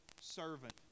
servant